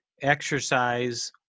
exercise